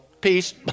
Peace